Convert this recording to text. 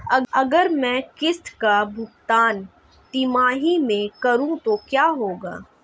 अगर मैं किश्त का भुगतान तिमाही में करूं तो क्या होगा?